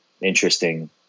interesting